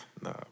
Nah